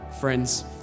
Friends